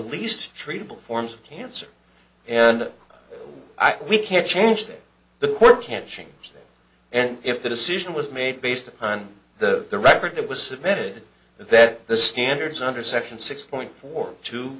least treatable forms of cancer and we can't change that the court can change and if the decision was made based upon the record that was submitted that the standards under section six point four to